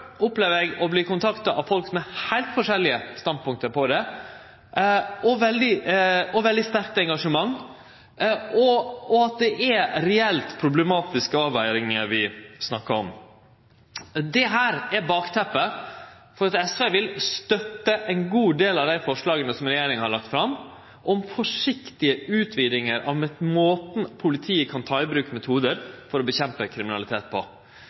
opplever eg å verte kontakta av folk med heilt forskjellige standpunkt og veldig sterkt engasjement. Det er reelt problematiske avvegingar vi snakkar om. Dette er bakteppet for at SV vil støtte ein god del av forslaga som regjeringa har lagt fram om forsiktige utvidingar av måten politiet kan ta i bruk metodar for å kjempe mot kriminalitet på.